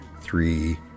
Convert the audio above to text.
three